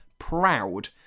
proud